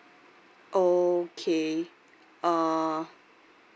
okay uh